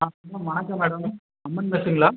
ஆமாம் வணக்கம் மேடம் அம்மன் மெஸ்ஸுங்களா